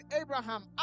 Abraham